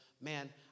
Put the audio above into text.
man